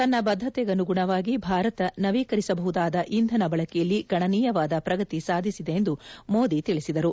ತನ್ನ ಬದ್ದತೆಗನುಗುಣವಾಗಿ ಭಾರತ ನವೀಕರಿಸಬಹುದಾದ ಇಂಧನ ಬಳಕೆಯಲ್ಲಿ ಗಣನೀಯವಾದ ಪ್ರಗತಿ ಸಾಧಿಸಿದೆ ಎಂದು ಮೋದಿ ತಿಳಿಸಿದರು